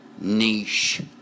Niche